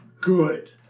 good